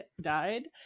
died